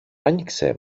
άνοιξε